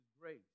grace